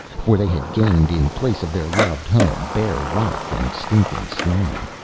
for they had gained, in place of their loved home, bare rock and stinking slime.